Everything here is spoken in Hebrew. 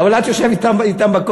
אבל את יושבת אתם בקואליציה,